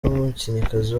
n’umukinnyikazi